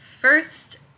first